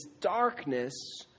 darkness